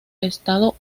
estado